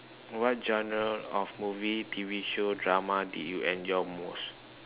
what genre of movie T_V show drama did you enjoy most